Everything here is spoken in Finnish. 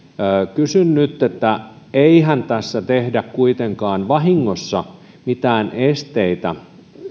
kysyn nyt eihän tässä tehdä kuitenkaan vahingossa mitään esteitä